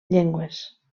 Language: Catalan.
llengües